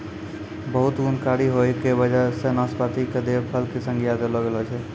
बहुत गुणकारी होय के वजह सॅ नाशपाती कॅ देव फल के संज्ञा भी देलो गेलो छै